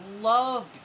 loved